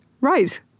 Right